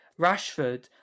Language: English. Rashford